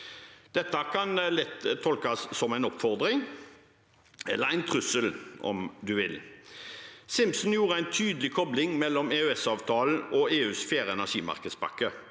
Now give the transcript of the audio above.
Dette kan lett tolkes som en oppfordring, eller en trussel, om man vil. Simson gjorde en tydelig kobling mellom EØS-avtalen og EUs fjerde energimarkedspakke.